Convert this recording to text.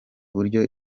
uburyo